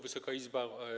Wysoka Izbo!